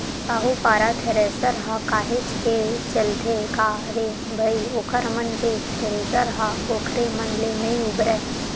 साहूपारा थेरेसर ह काहेच के चलथे का रे भई ओखर मन के थेरेसर ह ओखरे मन ले नइ उबरय